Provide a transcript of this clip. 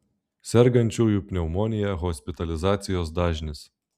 sergančiųjų pneumonija hospitalizacijos dažnis